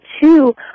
two